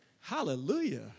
Hallelujah